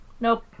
Nope